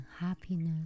happiness